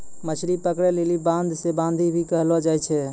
मछली पकड़ै लेली बांध मे बांधी भी करलो जाय छै